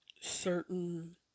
Certain